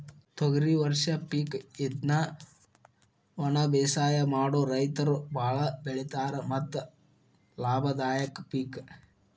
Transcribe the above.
ತೊಗರಿ ವರ್ಷ ಪಿಕ್ ಇದ್ನಾ ವನಬೇಸಾಯ ಮಾಡು ರೈತರು ಬಾಳ ಬೆಳಿತಾರ ಮತ್ತ ಲಾಭದಾಯಕ ಪಿಕ್